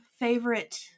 favorite